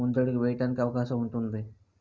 ముందడుగు వేయటానికి అవకాశం ఉంటుంది